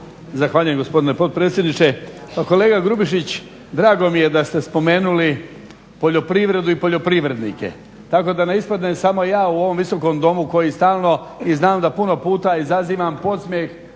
Zahvaljujem gospodine potpredsjedniče. Pa kolega Grubišić drago mi je da ste spomenuli poljoprivredu i poljoprivrednike tako da ne ispadnem samo ja u ovom Visokom domu koji stalno i znam da puno puta izazivam podsmijeh